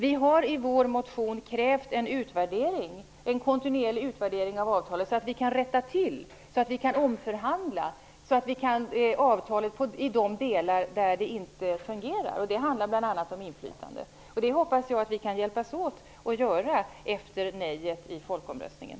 Vi har i vår motion krävt en kontinuerlig utvärdering av avtalet, så att vi kan rätta till och omförhandla avtalet i de delar där det inte fungerar. Det gäller bl.a. frågan om inflytande. Jag hoppas att vi kan hjälpas åt att göra detta efter nejet i folkomröstningen.